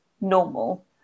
normal